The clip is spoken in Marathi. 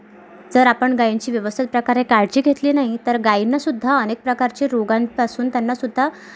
जर आपण गायींची व्यवस्थित प्रकारे काळजी घेतली नाही तर गायींना सुद्धा अनेक प्रकारचे रोगांपासून त्यांना सुद्धा